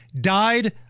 died